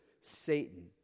Satan